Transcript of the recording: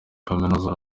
kaminuza